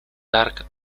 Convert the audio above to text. dark